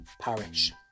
Parish